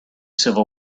civil